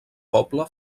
poble